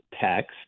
text